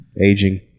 Aging